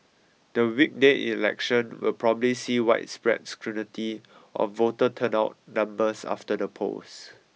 the weekday election will probably see widespread scrutiny of voter turnout numbers after the polls